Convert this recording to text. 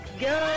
Go